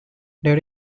there